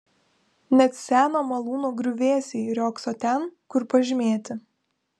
net seno malūno griuvėsiai riogso ten kur pažymėti